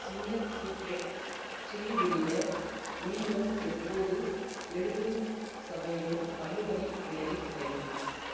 singer Secret chilli vinegar மீண்டும் எப்போது எழுபது சதவீதம் தள்ளுபடி விலையில் கிடைக்கும்